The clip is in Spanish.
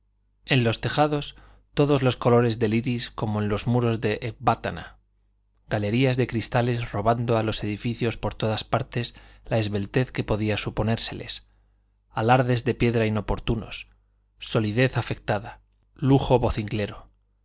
en los tejados todos los colores del iris como en los muros de ecbátana galerías de cristales robando a los edificios por todas partes la esbeltez que podía suponérseles alardes de piedra inoportunos solidez afectada lujo vocinglero la